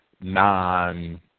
non